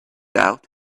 out